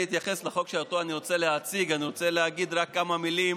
לפני שאני אתייחס לחוק שאני רוצה להציג אני רוצה להגיד רק כמה מילים